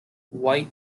white